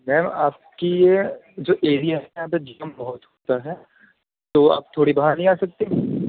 میم آپ کی یہ جو ایریا ہے یہاں پہ جام بہت ہوتا ہے تو آپ تھوڑی باہر نہیں آ سکتیں